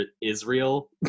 Israel